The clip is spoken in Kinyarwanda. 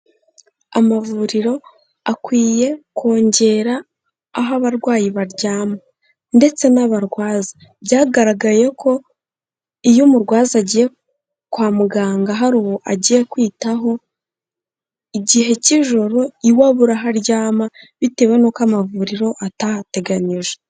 Amavuriro akwiye kongera aho abarwayi baryama ndetse n'abarwaza. Byagaragaye ko iyo umurwaza agiye kwa muganga hari uwo agiye kwitaho, igihe cy'ijoro iwe abura aho aryama bitewe n'uko amavuriro atahateganyije.